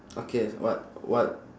okay what what